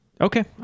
Okay